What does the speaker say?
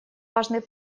важный